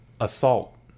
Assault